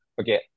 okay